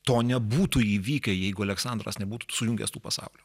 to nebūtų įvykę jeigu aleksandras nebūtų sujungęs tų pasaulių